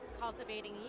cultivating